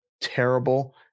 terrible